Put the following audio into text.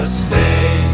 stay